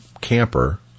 camper